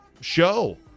show